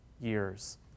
years